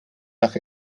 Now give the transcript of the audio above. nach